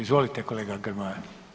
Izvolite kolega Grmoja.